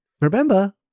remember